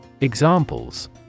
Examples